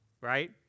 right